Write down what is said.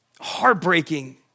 heartbreaking